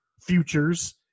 futures